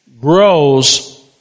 grows